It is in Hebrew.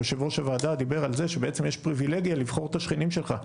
יושב ראש הוועדה דיבר על זה שבעצם יש פריבילגיה לבחור את השכנים שלך,